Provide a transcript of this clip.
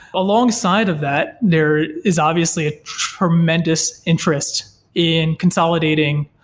alongside of that, there is obviously a tremendous interest in consolidating,